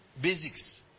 Basics